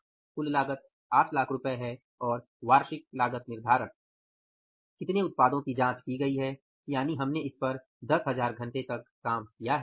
हाँ कुल लागत 800000 रु है और वार्षिक लागत निर्धारक कितने उत्पादों की जाँच की गई है यानि हमने इस पर 10000 घंटे तक काम किया